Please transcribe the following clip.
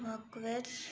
Marquez